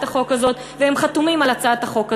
החוק הזאת והם חתומים על הצעת החוק הזאת.